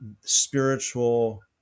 spiritual